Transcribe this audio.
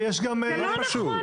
זה לא נכון.